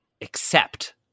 accept